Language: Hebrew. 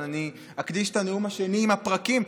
אז אני אקדיש את הנאום השני עם הפרקים,